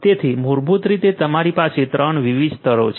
તેથી મૂળભૂત રીતે તમારી પાસે 3 વિવિધ સ્તરો છે